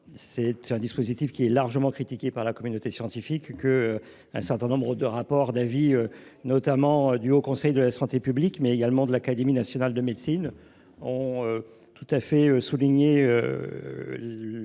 que ce dispositif est largement critiqué par la communauté scientifique. Un certain nombre de rapports et d’avis, notamment du Haut Conseil de la santé publique ou de l’Académie nationale de médecine, ont souligné